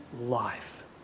life